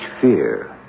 fear